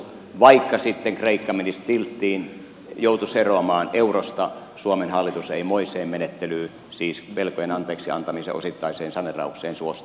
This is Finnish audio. vaikka sitten kreikka menisi tilttiin joutuisi eroamaan eurosta suomen hallitus ei moiseen menettelyyn siis velkojen anteeksiantamisen osittaiseen saneeraukseen suostu